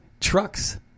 trucks